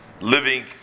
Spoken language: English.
living